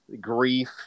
grief